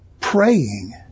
praying